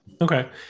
Okay